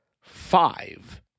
five